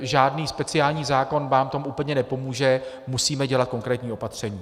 Žádný speciální zákon vám v tom úplně nepomůže, musíme dělat konkrétní opatření.